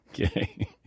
Okay